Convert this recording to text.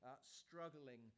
struggling